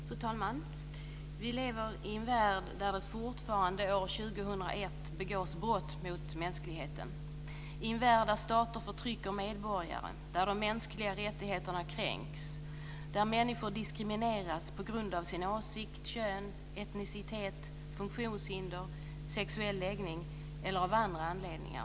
Fru talman! Vi lever i en värld där det fortfarande år 2001 begås brott mot mänskligheten. Det är en värld där stater förtrycker medborgare, där de mänskliga rättigheterna kränks, där människor diskrimineras på grund av åsikt, kön, etnicitet, funktionshinder, sexuell läggning eller av andra anledningar.